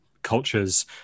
Cultures